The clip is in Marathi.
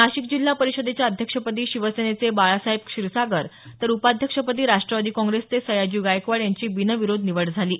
नाशिक जिल्हा परिषदेच्या अध्यक्षपदी शिवसेनेचे बाळासाहेब क्षीरसागर तर उपाध्यक्षपदी राष्ट्रवादी काँग्रेसचे सयाजी गायकवाड यांची बिनविरोध निवड झाली आहे